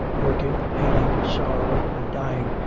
working, hating, sorrowing, and dying,